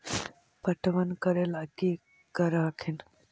पटबन करे ला की कर हखिन?